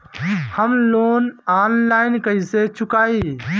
हम loan online कइसे चुकाई?